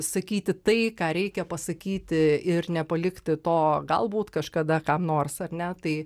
sakyti tai ką reikia pasakyti ir nepalikti to galbūt kažkada kam nors ar ne tai